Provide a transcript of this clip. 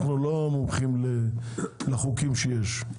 אנחנו לא מומחים לחוקים שיש.